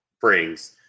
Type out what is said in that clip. brings